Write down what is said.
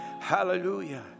Hallelujah